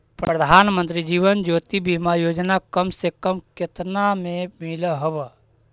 प्रधानमंत्री जीवन ज्योति बीमा योजना कम से कम केतना में मिल हव